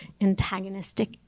antagonistic